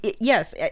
yes